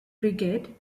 frigate